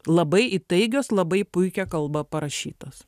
labai įtaigios labai puikia kalba parašytos